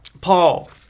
Paul